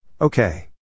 Okay